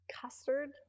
Custard